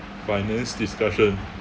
finance discussion